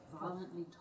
Violently